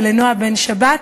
ולנועה בן-שבת,